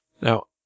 Now